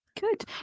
Good